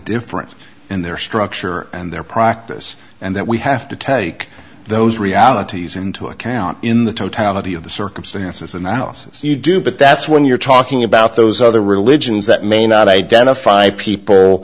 different in their structure and their practice and that we have to take those realities into account in the totality of the circumstances analysis you do but that's when you're talking about those other religions that may not identify people